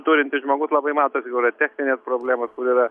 turintis žmogus labai matosi kokios techninės problemos kur yra